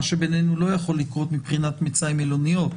מה שבעינינו לא יכול לקרות מבחינת מצאי מלוניות